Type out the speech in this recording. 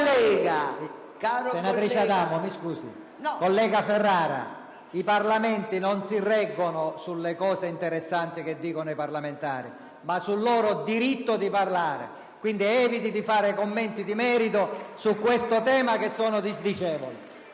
Collega Ferrara, i Parlamenti non si reggono sulle cose interessanti dette dai parlamentari, ma sul loro diritto di parlare. Quindi, eviti di fare commenti di merito su questo tema, che sono disdicevoli!